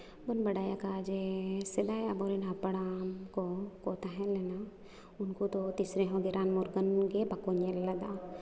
ᱵᱚᱱ ᱵᱟᱰᱟᱭᱟᱠᱟᱜᱼᱟ ᱡᱮ ᱥᱮᱫᱟᱭ ᱟᱵᱚᱨᱮᱱ ᱦᱟᱯᱲᱟᱢ ᱠᱚ ᱛᱟᱦᱮᱸᱞᱮᱱᱟ ᱩᱱᱠᱩ ᱫᱚ ᱛᱤᱥ ᱨᱮᱦᱚᱸ ᱜᱮ ᱨᱟᱱ ᱢᱩᱨᱜᱟᱹᱱ ᱜᱮ ᱵᱟᱠᱚ ᱧᱮᱞ ᱞᱮᱫᱟ